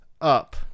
up